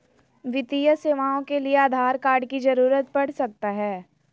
वित्तीय सेवाओं के लिए आधार कार्ड की जरूरत पड़ सकता है?